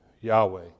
Yahweh